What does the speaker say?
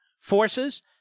forces